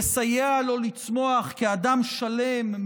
לסייע לו לצמוח כאדם שלם,